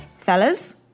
Fellas